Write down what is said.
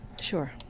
Sure